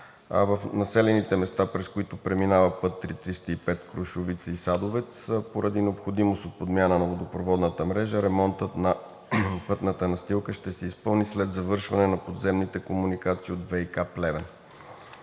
В населените места, през които преминава път III 305 – Крушовица и Садовец, са поради необходимост от подмяна на водопроводната мрежа. Ремонтът на пътната настилка ще се изпълни след завършване на подземните комуникации от ВиК – Плевен.